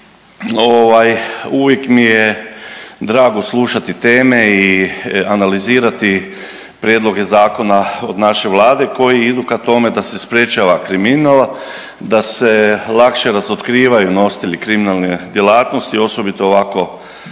uvijek mi je drago slušati teme i analizirati prijedloge zakona od naše Vlade koji idu ka tome da se sprječava kriminal, da se lakše razotkrivaju nositelji kriminalne djelatnosti, osobito ovako